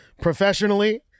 Professionally